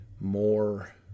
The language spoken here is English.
more